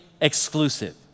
exclusive